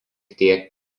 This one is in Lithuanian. tiek